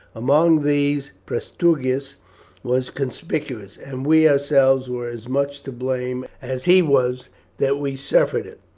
among these prasutagus was conspicuous, and we ourselves were as much to blame as he was that we suffered it.